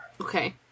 okay